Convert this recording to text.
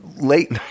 late